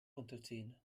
unterziehen